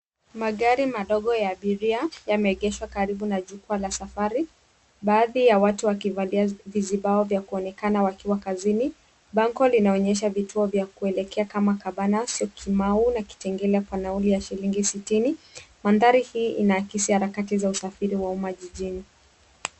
Magari madogo ya abiria yameegeshwa karibu na chukwaa la habari. Baadhi ya watu wakivalia vizibao wakionekana wakiwa kazini. Bango linaonyesha vituo vya kuelekea Kama kabanas shokimau na kitengela kwa nauli ya shilingi sitini mandhari hii inaakisi harakati usafiri humo jijini.